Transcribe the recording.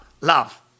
love